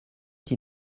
qui